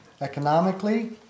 economically